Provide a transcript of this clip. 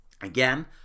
Again